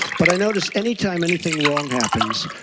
but i notice, any time anything wrong happens,